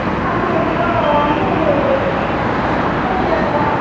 தக்காளி ஒரு கிலோ வந்து முப்பத்தியேழுரூவா